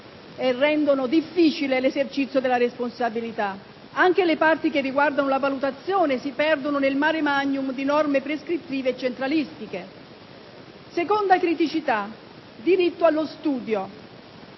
e rendono difficile l'esercizio della responsabilità. Anche le parti che riguardano la valutazione si perdono nel *mare magnum* di norme prescrittive e centralistiche. La seconda criticità riguarda il diritto allo studio